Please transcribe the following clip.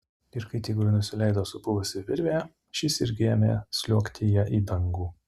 ir kai tigrui nusileido supuvusi virvė šis irgi ėmė sliuogti ja į dangų